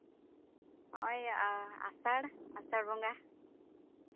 ᱱᱚᱜᱼᱚᱸᱭ ᱟᱥᱟᱲ ᱟᱥᱟᱲ ᱵᱚᱸᱜᱟ